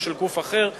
של גוף אחר המשדר,